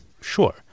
sure